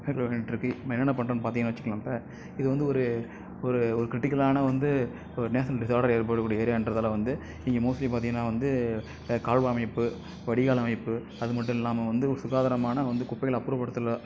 மேற்கொள்ள வேண்டிருக்கு நம்ம என்னென்ன பண்கிறோன்னு பார்த்தீங்கன்னு வச்சிக்கோங்களேன் இப்போ இது வந்து ஒரு ஒரு ஒரு க்ரிட்டிக்கலான வந்து ஒரு நேச்சர் டிஸ்ஸாடர் ஏற்படக் கூடிய ஏரியாகின்றதால வந்து நீங்கள் மோஸ்ட்லி பார்த்தீங்கன்னா வந்து கால்வாய் அமைப்பு வடிகால் அமைப்பு அது மட்டும் இல்லாமல் வந்து சுகாதாரமான வந்து குப்பைகளை அப்புறப்படுத்தல்